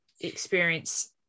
experience